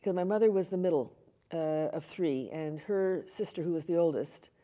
my mother was the middle of three, and her sister, who was the oldest,